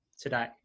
today